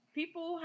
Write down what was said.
people